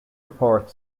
report